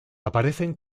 aparecen